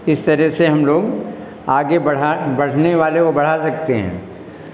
इस तरह से हम लोग आगे बढ़ा बढ़ने वाले को बढ़ा सकते हैं